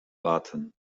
warten